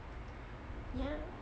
ya